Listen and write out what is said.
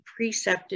precepted